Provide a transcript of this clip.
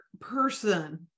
person